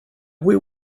where